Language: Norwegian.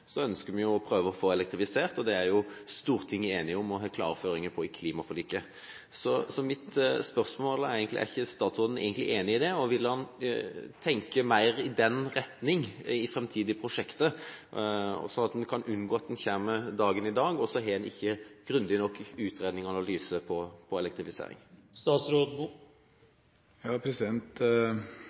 ønsker vi å prøve å få dem elektrifisert. Det er Stortinget enig om, og har klare føringer for, i klimaforliket. Mitt spørsmål er om ikke statsråden er enig i det. Vil han tenke mer i den retning i framtidige prosjekter, slik at en kan unngå at når dagen kommer, har en ikke utredet grundig nok analyse på